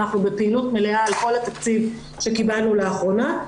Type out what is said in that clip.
אנחנו בפעילות מלאה על כל התקציב שקיבלנו לאחרונה.